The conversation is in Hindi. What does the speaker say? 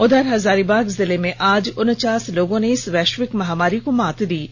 उधर हजारीबाग जिले में आज उनचास लोगों ने इस वैश्विक महामारी को मात दी है